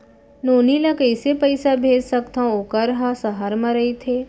नोनी ल कइसे पइसा भेज सकथव वोकर ह सहर म रइथे?